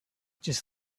just